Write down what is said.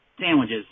sandwiches